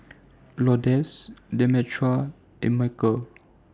Lourdes Demetra and Mychal